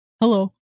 Hello